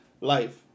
life